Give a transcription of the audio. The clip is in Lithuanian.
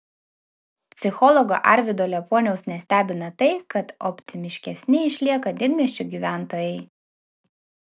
psichologo arvydo liepuoniaus nestebina tai kad optimistiškesni išlieka didmiesčių gyventojai